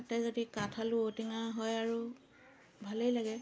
তাতে যদি কাঠআলু ঔ টেঙা হয় আৰু ভালেই লাগে